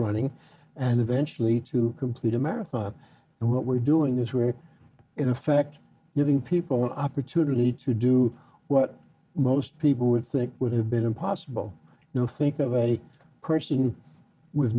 running and eventually to complete a marathon and what we're doing is we're in fact giving people opportunity to do what most people would think would have been impossible you know think of a person with